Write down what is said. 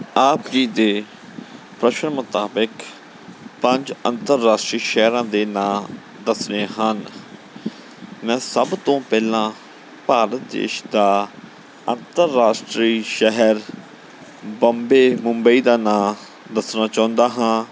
ਆਪ ਜੀ ਦੇ ਪ੍ਰਸ਼ਨ ਮੁਤਾਬਿਕ ਪੰਜ ਅੰਤਰਰਾਸ਼ਟਰੀ ਸ਼ਹਿਰਾਂ ਦੇ ਨਾਂ ਦੱਸਣੇ ਹਨ ਮੈਂ ਸਭ ਤੋਂ ਪਹਿਲਾਂ ਭਾਰਤ ਦੇਸ਼ ਦਾ ਅੰਤਰਰਾਸ਼ਟਰੀ ਸ਼ਹਿਰ ਬੰਬੇ ਮੁੰਬਈ ਦਾ ਨਾਂ ਦੱਸਣਾ ਚਾਹੁੰਦਾ ਹਾਂ